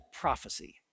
prophecy